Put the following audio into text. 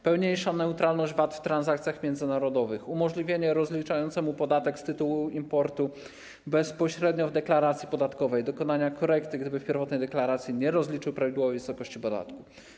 Pełniejsza neutralność VAT w transakcjach międzynarodowych, umożliwienie rozliczającemu podatek z tytułu importu bezpośrednio w deklaracji podatkowej dokonania korekty, gdyby w pierwotnej deklaracji nie rozliczył prawidłowej wysokości podatku.